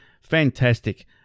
Fantastic